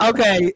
Okay